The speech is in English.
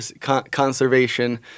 conservation